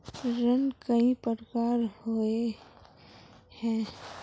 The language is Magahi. ऋण कई प्रकार होए है?